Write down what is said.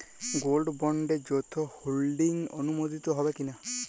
Gold বন্ডে যৌথ holding অনুমোদিত হবে কিনা?